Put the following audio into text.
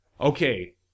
Okay